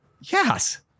Yes